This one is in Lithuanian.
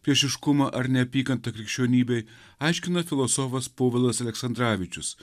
priešiškumą ar neapykantą krikščionybei aiškina filosofas povilas aleksandravičius